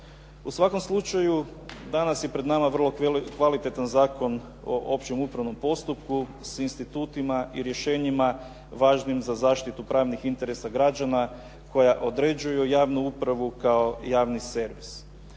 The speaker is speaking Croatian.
U svakom slučaju danas je pred nama vrlo kvalitetan Zakon o općem upravnom postupku sa institutima i rješenjima važnim za zaštitu pravnih interesa građana koja određuju javnu upravu kao javni servis.